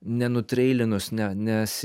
nenutreilinus ne nes